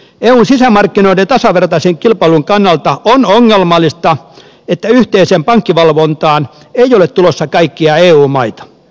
eun sisämarkkinoiden tasavertaisen kilpailun kannalta on ongelmallista että yhteiseen pankkivalvontaan ei ole tulossa kaikkia eu maita